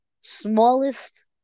smallest